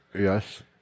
yes